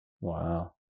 wow